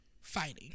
fighting